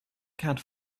can’t